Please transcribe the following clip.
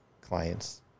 clients